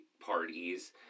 parties